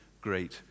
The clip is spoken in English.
great